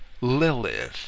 Lilith